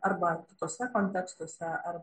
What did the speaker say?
arba kituose kontekstuose ar